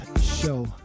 show